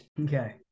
Okay